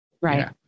right